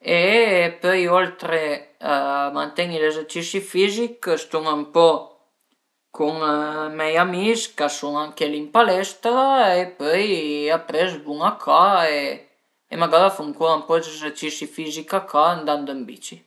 e pöi dopu ënt ël cazo d'le tumatiche i grupu, pöi i bagnu, pöi vun cöi la roba cuandi al e müra, pöi magari taiu l'erba danturn